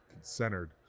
centered